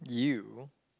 you